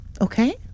Okay